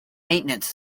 maintenance